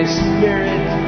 spirit